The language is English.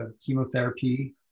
chemotherapy